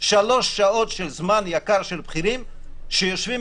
שלוש שעות של זמן יקר של בכירים שיושבים,